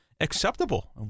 acceptable